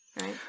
right